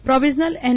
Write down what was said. provisional N